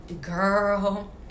Girl